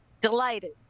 delighted